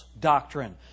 doctrine